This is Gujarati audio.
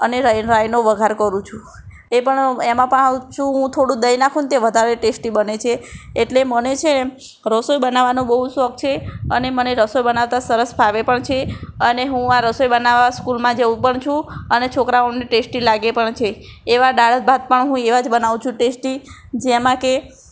અને રાઈનો વઘાર કરું છું એ પણ એમાં પણ હું થોડું દહીં નાખું ને તો એ વધારે ટેસ્ટી બને છે એટલે મને છે ને રસોઈ બનાવવાનો બહુ જ શોખ છે અને મને રસોઈ બનાવતાં સરસ ફાવે પણ છે અને હું આ રસોઈ બનાવવા સ્કૂલમાં જાઉં પણ છું અને છોકરાઓને ટેસ્ટી લાગે પણ છે એવાં દાળ ભાત પણ હું એવાં જ બનાવું છું ટેસ્ટી જેમાં કે